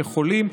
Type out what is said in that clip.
חולים,